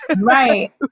Right